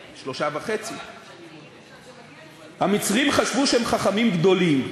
3.5. המצרים חשבו שהם חכמים גדולים,